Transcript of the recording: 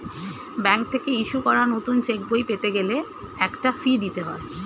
bank থেকে issue করা নতুন চেকবই পেতে গেলে একটা ফি দিতে হয়